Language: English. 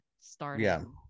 starting